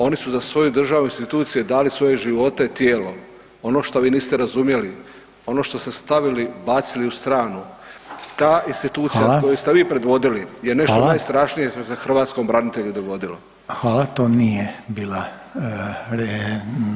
Oni su za svoju državu i institucije dali svoje živote, tijelo, oni što vi niste razumjeli, ono što ste stavili bacili u stranu [[Upadica Reiner: Hvala.]] ta institucija koju ste vi predvodili je nešto najstrašnije što se hrvatskom branitelju dogodilo.